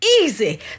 easy